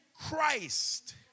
Christ